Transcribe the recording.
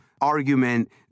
argument